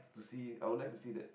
to see I'll like to see that